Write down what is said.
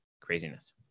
craziness